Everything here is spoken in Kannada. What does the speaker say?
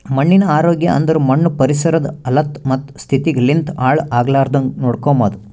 ಮಣ್ಣಿನ ಆರೋಗ್ಯ ಅಂದುರ್ ಮಣ್ಣು ಪರಿಸರದ್ ಹಲತ್ತ ಮತ್ತ ಸ್ಥಿತಿಗ್ ಲಿಂತ್ ಹಾಳ್ ಆಗ್ಲಾರ್ದಾಂಗ್ ನೋಡ್ಕೊಮದ್